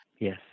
Yes